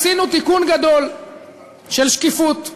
עשינו תיקון גדול של שקיפות,